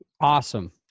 Awesome